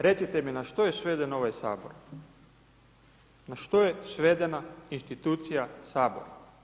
Recite mi na što je sveden ovaj Sabor, na što je svedena institucija Sabora.